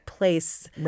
Place